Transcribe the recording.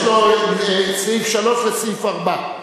יש לו סעיף 3 וסעיף 4,